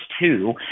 two